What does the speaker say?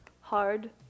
hard